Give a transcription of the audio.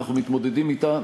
אנחנו מתמודדים אתה,